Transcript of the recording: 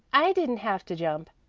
i didn't have to jump.